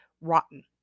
rotten